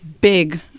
big